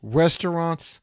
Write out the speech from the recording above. restaurants